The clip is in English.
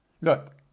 look